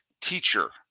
teacher